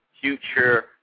future